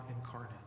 incarnate